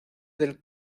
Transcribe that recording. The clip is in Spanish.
del